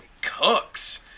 Cooks